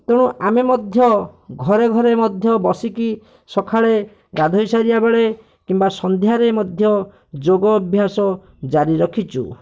ତେଣୁ ଆମେ ମଧ୍ୟ ଘରେ ଘରେ ମଧ୍ୟ ବସିକି ସକାଳେ ଗାଧୋଇ ସାରିବାବେଳେ କିମ୍ଵା ସନ୍ଧ୍ୟାରେ ମଧ୍ୟ ଯୋଗ ଅଭ୍ୟାସ ଜାରି ରଖିଛୁ